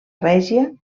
règia